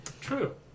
True